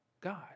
God